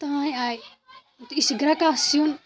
تام آیہِ تہٕ یہِ چھِ گرٛٮ۪کان سیُن